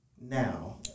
now